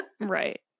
Right